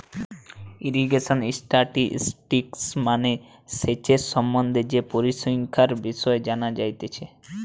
irrigation statistics মানে সেচের সম্বন্ধে যে পরিসংখ্যানের বিষয় জানা যাতিছে